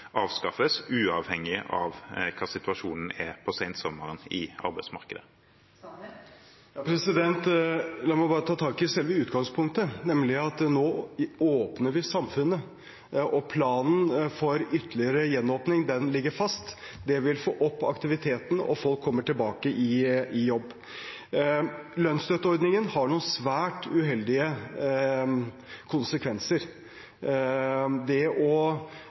avskaffes, uavhengig av hva situasjonen i arbeidsmarkedet er på sensommeren. La meg bare ta tak i selve utgangspunktet, nemlig at nå åpner vi samfunnet, og planen for ytterligere gjenåpning ligger fast. Det vil få opp aktiviteten, og folk kommer tilbake i jobb. Lønnsstøtteordningen har noen svært uheldige konsekvenser. Det